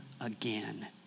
again